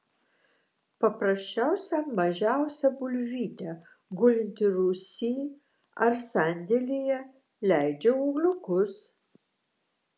paprasčiausia mažiausia bulvytė gulinti rūsy ar sandėlyje leidžia ūgliukus